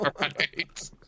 right